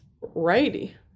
righty